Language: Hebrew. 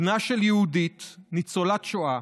בנה של יהודית, ניצולת שואה,